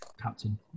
captain